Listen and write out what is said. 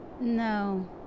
No